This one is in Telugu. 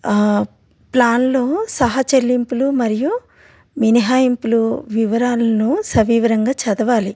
ప్లాన్లో సహ చెల్లింపులు మరియు మినిహాఇంపులు వివరాలను సవివరంగా చదవాలి